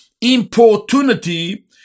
importunity